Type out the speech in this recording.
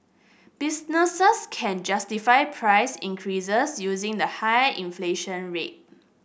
businesses can justify price increases using the high inflation rate